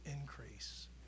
increase